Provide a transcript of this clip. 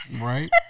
Right